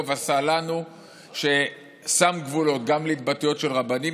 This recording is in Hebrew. טוב עשה לנו ששם גבולות גם להתבטאויות של רבנים,